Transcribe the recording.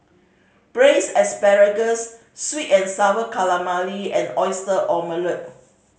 Braised Asparagus sweet and Sour Calamari and Oyster Omelette